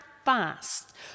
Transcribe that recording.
fast